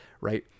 right